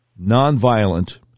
nonviolent